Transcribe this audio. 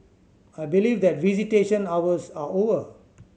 I believe that visitation hours are over